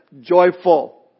joyful